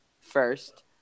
first